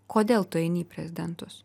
kodėl tu eini į prezidentus